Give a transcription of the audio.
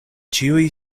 ĉiuj